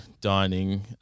dining